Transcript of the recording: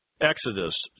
Exodus